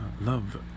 love